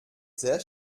sehr